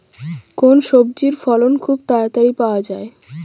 কোন সবজির ফলন খুব তাড়াতাড়ি পাওয়া যায়?